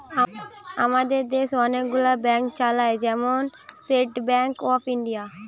আমাদের দেশ অনেক গুলো ব্যাংক চালায়, যেমন স্টেট ব্যাংক অফ ইন্ডিয়া